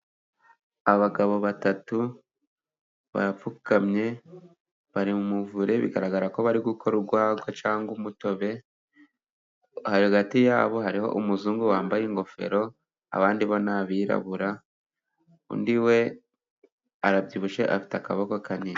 Abagabo batatu barapfukamye, bari mu muvure, bigaragara ko bari gukora urwaga cyangwa umutobe, hagati yabo hariho umuzungu wambaye ingofero, abandi bo ni abirabura, undi we arabyibushye afite akaboko kanini.